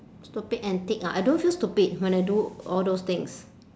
stupid antic ah I don't feel stupid when I do all those things